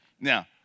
Now